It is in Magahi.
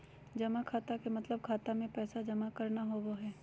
जमा खाता के मतलब खाता मे पैसा जमा करना होवो हय